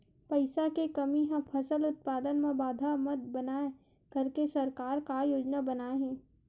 पईसा के कमी हा फसल उत्पादन मा बाधा मत बनाए करके सरकार का योजना बनाए हे?